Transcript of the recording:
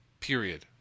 period